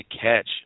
catch